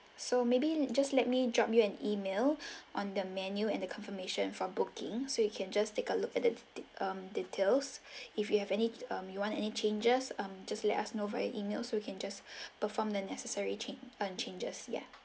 so maybe just let me drop you an email on the menu and the confirmation for booking so you can just take a look at the de~ um details if you have any um you want any changes um just let us know via email so we can just perform the necessary change um changes ya